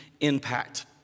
impact